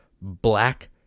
black